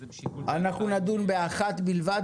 אז זה שיקול --- אנחנו נדון באחת בלבד